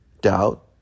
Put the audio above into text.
doubt